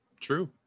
true